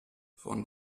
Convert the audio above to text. von